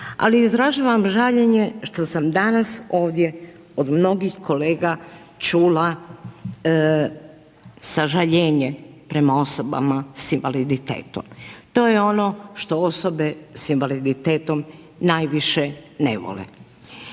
Ali izražavam žaljenje što sam danas ovdje od mnogih kolega čula sažaljenje prema osobama sa invaliditetom. To je ono što osobe sa invaliditetom najviše ne vole.